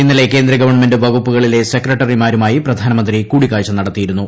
ഇന്നലെ കേന്ദ്ര ഗവൺമെന്റ് വകുപ്പുകളിലെ സെക്രട്ടറിമാരുമായി പ്രധാനമന്ത്രി കൂടിക്കാഴ്ച നടത്തിയിരുന്നു